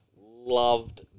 loved